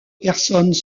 personnes